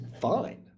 fine